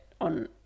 on